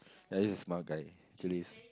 ya he's a smart guy actually